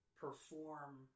perform